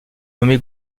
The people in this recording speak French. nommé